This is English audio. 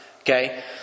Okay